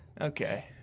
Okay